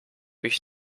mich